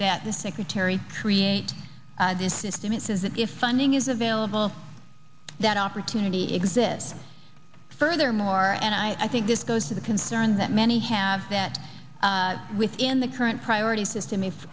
that the secretary create this system it says that if funding is available that opportunity exists furthermore and i think this goes to the concern that many have that within the current priority system if